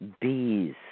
bees